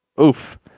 Oof